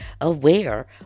aware